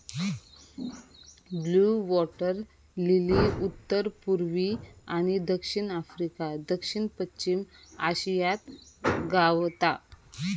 blue water lily उत्तर पुर्वी आणि दक्षिण आफ्रिका, दक्षिण पश्चिम आशियात गावता